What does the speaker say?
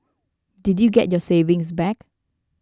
did you get your savings back